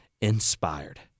inspired